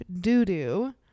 doo-doo